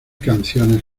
canciones